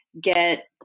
get